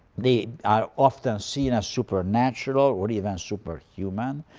they are often seen as supernatural, or even superhuman,